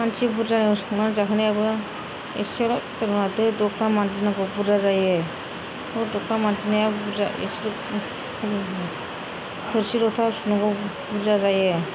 मानसि बुरजायाव संनानै जाहोनायाबो इसेल नंया दो दोख्ला मानजिनांगौ बुरजा जायो दो दोख्ला मानजिनाया बुरजा थोनसि लथा नयाव बुरजा जायो